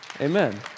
Amen